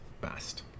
best